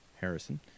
Harrison